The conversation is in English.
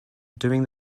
doing